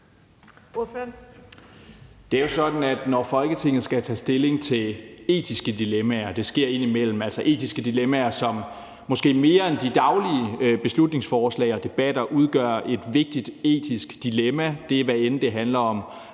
Det er jo sådan, at når Folketinget skal tage stilling til etiske dilemmaer – det sker indimellem – altså etiske dilemmaer, som måske mere end de daglige beslutningsforslag og debatter udgør et vigtigt etisk dilemma, hvad end det handler om